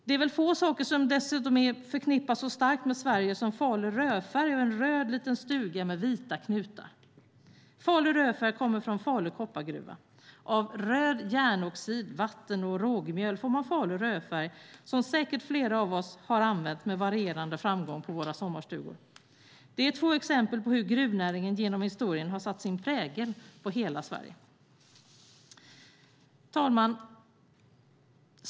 Det är väl dessutom få saker som är så starkt förknippade med Sverige som Falu rödfärg och en röd liten stuga med vita knutar. Falu rödfärg kommer från Falu koppargruva. Av röd järnoxid, vatten och rågmjöl får man Falu rödfärg, som flera av oss säkert har använt med varierande framgång på våra sommarstugor. Det är två exempel på hur gruvnäringen genom historien har satt sin prägel på hela Sverige. Herr talman!